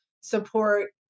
support